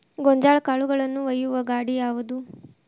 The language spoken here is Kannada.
ಗೋಂಜಾಳ ಕಾಳುಗಳನ್ನು ಒಯ್ಯುವ ಗಾಡಿ ಯಾವದು?